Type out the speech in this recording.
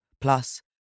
Plus